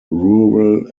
rural